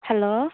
hello